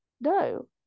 No